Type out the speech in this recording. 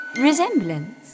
Resemblance